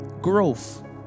Growth